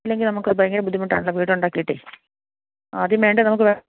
ഇല്ലെങ്കിൽ നമുക്ക് അത് ഭയങ്കര ബുദ്ധിമുട്ടാണല്ലോ വീടുണ്ടാക്കിയിട്ട് ആദ്യം വേണ്ടത് നമുക്ക് വേ